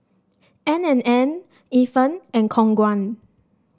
N and N Ifan and Khong Guan